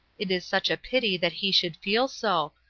it is such a pity that he should feel so,